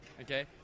okay